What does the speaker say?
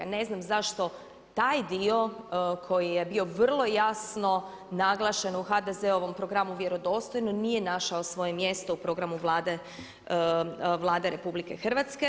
Ne znam zašto taj dio koji je bio vrlo jasno naglašen u HDZ-ovom programu vjerodostojnosti nije našao svoje mjesto u programu Vlade RH.